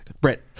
Brett